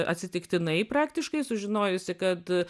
atsitiktinai praktiškai sužinojusi kad